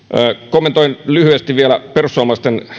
kommentoin lyhyesti vielä perussuomalaisten